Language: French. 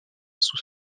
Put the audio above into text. sous